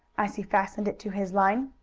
as he fastened it to his line.